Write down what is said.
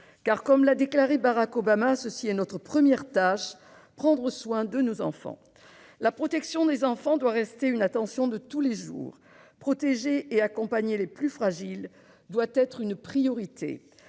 Comme l'a déclaré Barack Obama, « ceci est notre première tâche : prendre soin de nos enfants ». La protection des enfants doit rester une attention de tous les jours. Protéger et accompagner les plus fragiles doit être une priorité.